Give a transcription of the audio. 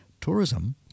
Tourism